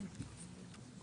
בבקשה.